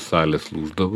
salės lūždavo